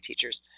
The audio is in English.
teachers